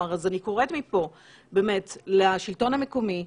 אז אני קוראת מפה לשלטון המקומי,